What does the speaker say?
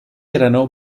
erano